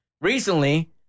recently